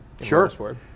Sure